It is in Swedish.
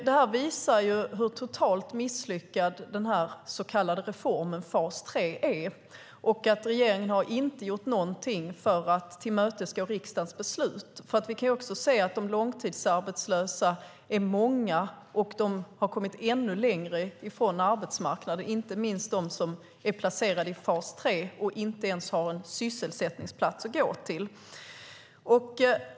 Det visar hur totalt misslyckad den så kallade reformen fas 3 är och att regeringen inte har gjort någonting för att tillmötesgå riksdagens beslut. Vi kan också se att de långtidsarbetslösa är många och har kommit ännu längre från arbetsmarknaden, inte minst de som är placerade i fas 3 och inte ens har en sysselsättningsplats att gå till.